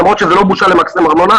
למרות שזאת לא בושה למקסם ארנונה,